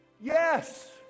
Yes